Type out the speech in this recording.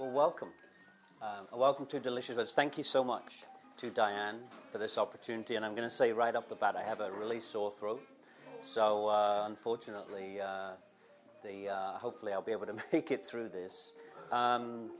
welcome a welcome to delicious thank you so much to diane for this opportunity and i'm going to say right off the bat i have a really sore throat so unfortunately the hopefully i'll be able to make it through this